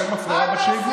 זה מפריע, מה אתה עושה כאן?